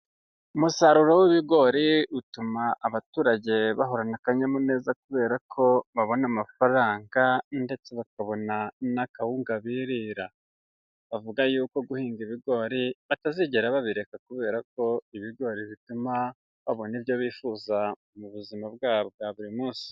Umusaruro w'ibigori utuma abaturage bahorana akanyamuneza kubera ko babona amafaranga, ndetse bakabona n'kawunga birira, bavuga y'uko guhinga ibigori batazigera babireka kubera ko ibigori bituma babona ibyo bifuza mu buzima bwabo bwa buri munsi.